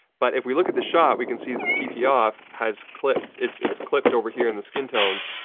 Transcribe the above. but, if we look at the shot, we can see that pp off has clipped. it's it's clipped over here in the skin tones,